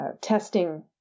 testing